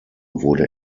wurde